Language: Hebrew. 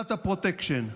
עבירת הפרוטקשן.